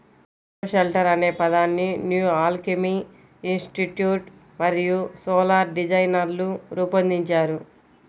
bioshelter అనే పదాన్ని New Alchemy Institute మరియు సోలార్ డిజైనర్లు రూపొందించారు